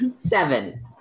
Seven